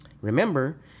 Remember